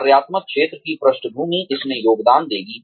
कार्यात्मक क्षेत्र की पृष्ठभूमि इसमें योगदान देगी